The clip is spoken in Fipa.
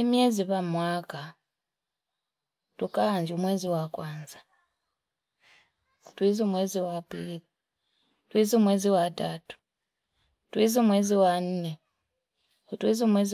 Imiezi kwa mwaaka tukaanju mwezi wa kwanza, tuizi mwezi wa pili, tuizi mwezi watatu, tuizimwezi